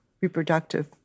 reproductive